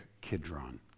Kidron